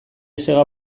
sega